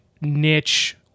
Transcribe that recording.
niche